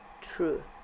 truth